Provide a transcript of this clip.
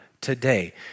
today